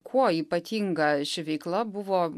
kuo ypatinga ši veikla buvo